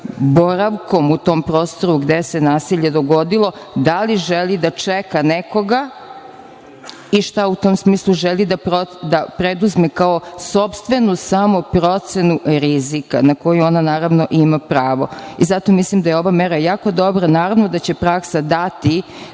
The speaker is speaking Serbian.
boravkom u tom prostoru gde se nasilje dogodilo, da li želi da čeka nekoga i šta u tom smislu želi da preduzme kao sopstvenu samoprocenu rizika, na koju ona, naravno, ima pravo. Zato mislim da je ova mera jako dobra. Naravno da će praksa dati